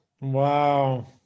Wow